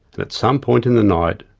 and at some point in the night,